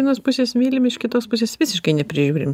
vienos pusės mylim iš kitos pusės visiškai neprižiūrim